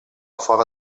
fora